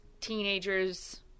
teenagers